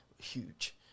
huge